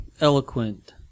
eloquent